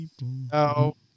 No